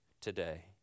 today